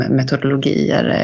metodologier